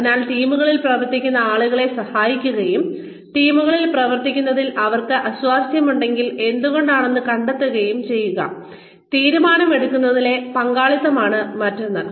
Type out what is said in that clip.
അതിനാൽ ടീമുകളിൽ പ്രവർത്തിക്കാൻ ആളുകളെ സഹായിക്കുകയും ടീമുകളിൽ പ്രവർത്തിക്കുന്നതിൽ അവർക്ക് അസ്വാസ്ഥ്യമുണ്ടെങ്കിൽ എന്തുകൊണ്ടെന്ന് കണ്ടെത്തുകയും ചെയ്യുക തീരുമാനമെടുക്കുന്നതിലെ പങ്കാളിത്തമാണ് മറ്റൊന്ന്